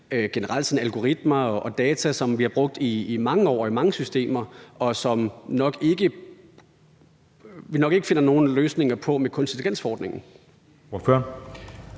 gøre med algoritmer og data, som bliver brugt i mange år og i mange systemer, og som vi nok ikke finder nogen løsninger på med kunstig intelligens-forordningen.